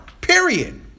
Period